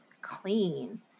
clean